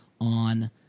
on